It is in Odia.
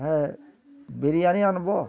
ହେ ବିରିୟାନୀ ଆଣବ୍